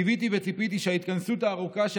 קיוויתי וציפיתי שההתכנסות הארוכה של